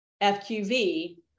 FQV